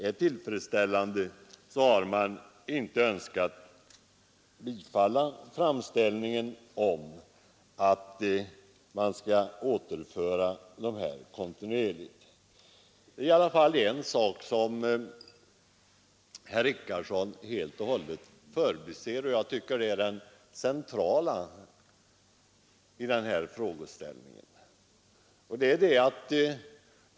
Man önskade därför inte tillstyrka framställningen om att målningarna definitivt skulle återföras till Läckö. Det är en sak som herr Richardson helt och hållet förbiser, och jag tycker att den är det centrala i den här frågeställningen.